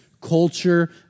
culture